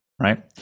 right